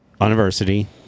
university